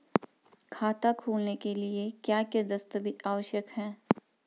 खाता खोलने के लिए क्या क्या दस्तावेज़ आवश्यक हैं?